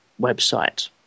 website